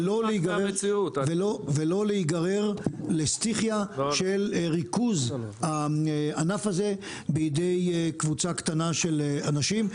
ולא להיגרר לריכוז הענף הזה בידי קבוצה קטנה של אנשים.